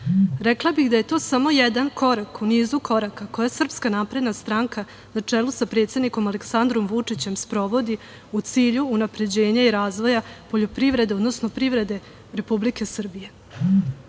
bih da je to samo jedan korak u nizu koraka koje SNS, na čelu sa predsednikom Aleksandrom Vučićem, sprovodi u cilju unapređenja i razvoja poljoprivrede, odnosno privrede Republike